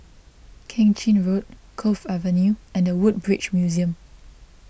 Keng Chin Road Cove Avenue and the Woodbridge Museum